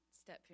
Step